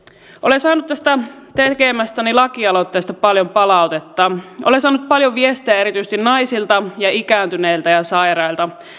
olen saanut tästä tekemästäni lakialoitteesta paljon palautetta olen saanut paljon viestejä naisilta ja erityisesti ikääntyneiltä ja sairailta